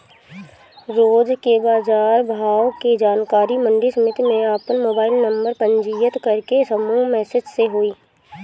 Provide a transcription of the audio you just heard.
रोज के बाजार भाव के जानकारी मंडी समिति में आपन मोबाइल नंबर पंजीयन करके समूह मैसेज से होई?